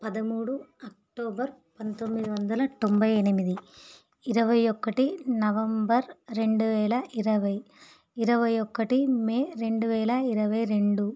పదమూడు అక్టోబర్ పంతొమ్మిది వందల తొంభై ఎనిమిది ఇరవై ఒకటి నవంబర్ రెండువేల ఇరవై ఇరవై ఒకటి మే రెండు వేల ఇరవై రెండు